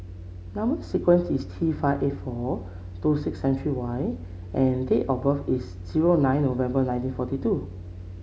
number sequence is T five eight four two six seven three Y and date of birth is zero nine November nineteen forty two